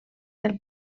del